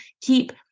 keep